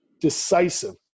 decisive